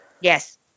yes